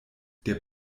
der